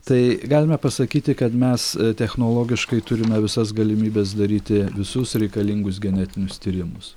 tai galime pasakyti kad mes technologiškai turime visas galimybes daryti visus reikalingus genetinius tyrimus